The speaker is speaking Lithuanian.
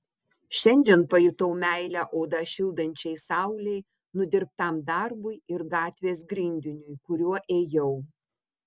šiandien pajutau meilę odą šildančiai saulei nudirbtam darbui ir gatvės grindiniui kuriuo ėjau